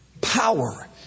power